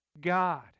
God